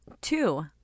two